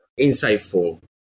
insightful